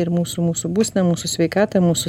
ir mūsų mūsų būseną mūsų sveikatą mūsų